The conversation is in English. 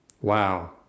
Wow